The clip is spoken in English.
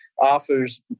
offers